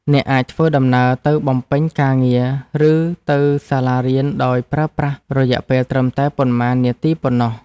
អ្នកអាចធ្វើដំណើរទៅបំពេញការងារឬទៅសាលារៀនដោយប្រើប្រាស់រយៈពេលត្រឹមតែប៉ុន្មាននាទីតែប៉ុណ្ណោះ។